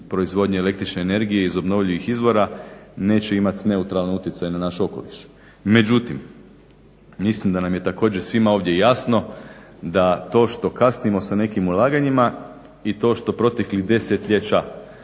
proizvodnje električne energije iz obnovljivih izvora neće imati neutralan utjecaj na naš okoliš. Međutim, mislim da nam je također svima ovdje jasno da to što kasnimo sa nekim ulaganjima i to što proteklih desetljeća